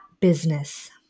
business